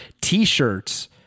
T-shirts